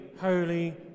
holy